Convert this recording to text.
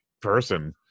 person